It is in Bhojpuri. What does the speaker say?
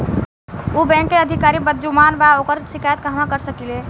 उ बैंक के अधिकारी बद्जुबान बा ओकर शिकायत कहवाँ कर सकी ले